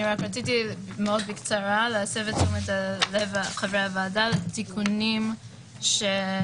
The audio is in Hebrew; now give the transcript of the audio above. רציתי בקצרה להסב את תשומת לב חברי הוועדה לתיקונים שמופיעים